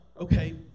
okay